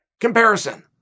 comparison